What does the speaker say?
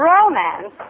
Romance